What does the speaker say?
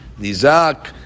nizak